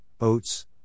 oats